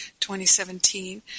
2017